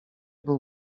był